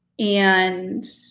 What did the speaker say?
and,